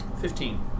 Fifteen